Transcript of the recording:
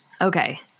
Okay